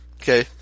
Okay